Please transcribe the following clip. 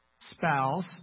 spouse